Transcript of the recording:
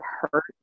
hurt